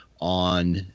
on